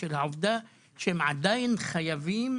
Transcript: בשל העובדה שהם עדיין חייבים,